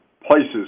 places